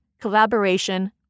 collaboration